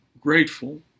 grateful